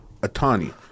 Atani